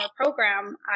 program